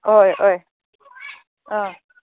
ꯍꯣꯏ ꯍꯣꯏ ꯑꯥ